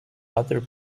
other